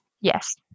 Yes